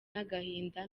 n’agahinda